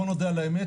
בואו נודה על האמת,